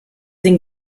den